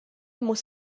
muss